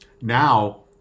Now